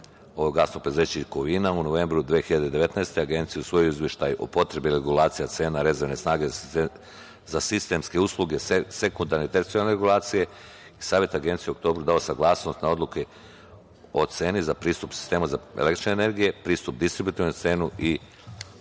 iz Kovina. U novembru 2019. godine Agencija je usvojila izveštaj o potrebi regulacija cena rezervne snage za sistemske usluge sekundarne i tercijalne regulacije. Savet Agencije je u oktobru dao saglasnost na odluke o ceni za pristup sistemu električne energije, pristup distributivnom sistemu i